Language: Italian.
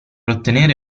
ottenere